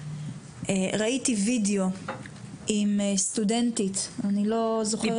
ראיתי וידאו עם סטודנטית, אני לא זוכרת את שמה.